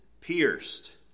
pierced